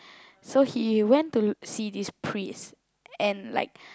so he went to see this priest and like